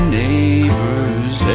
neighbors